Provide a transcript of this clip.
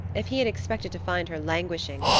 if he had expected to find her languishing,